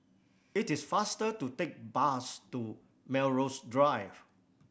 it is faster to take bus to Melrose Drive